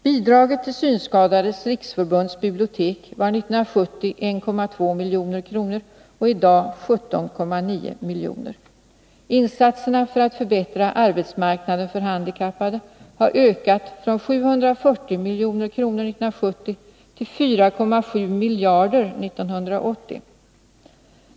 Bidraget till Synskadades riksförbunds bibliotek var 1970 1,2 milj.kr. och är i dag 17,9 miljoner. Insatserna för att förbättra arbetsmarknaden för handikappade har ökat från 740 milj.kr. 1970 till 4,7 miljarder 1980.